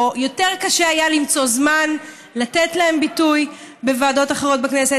או יותר קשה היה למצוא זמן לתת להם ביטוי בוועדות אחרות בכנסת.